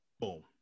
boom